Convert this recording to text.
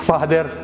Father